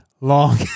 long